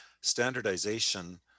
Standardization